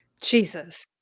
Jesus